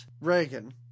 Reagan